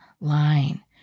line